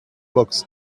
box